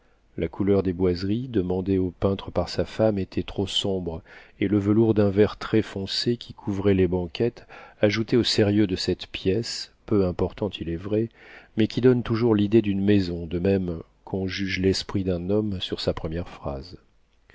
la couleur des boiseries demandée au peintre par sa femme était trop sombre et le velours d'un vert très foncé qui couvrait les banquettes ajoutait au sérieux de cette pièce peu importante il est vrai mais qui donne toujours l'idée d'une maison de même qu'on juge l'esprit d'un homme sur sa première phrase